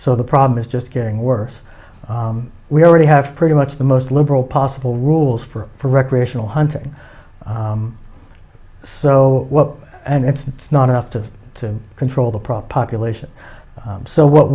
so the problem is just getting worse we already have pretty much the most liberal possible rules for for recreational hunting so well and it's not enough just to control the prop population so what